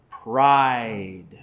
Pride